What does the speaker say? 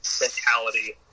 mentality